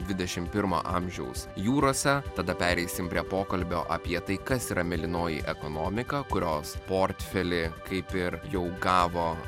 dvidešim pirmo amžiaus jūrose tada pereisim prie pokalbio apie tai kas yra mėlynoji ekonomika kurios portfelį kaip ir jau gavo